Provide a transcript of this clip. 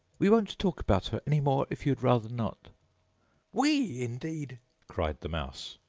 we won't talk about her any more if you'd rather not we indeed cried the mouse,